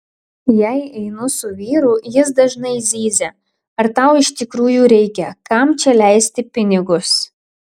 jei einu su vyru jis dažnai zyzia ar tau iš tikrųjų reikia kam čia leisti pinigus